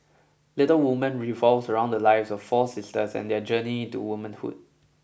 Little Women revolves around the lives of four sisters and their journey into womanhood